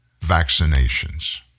vaccinations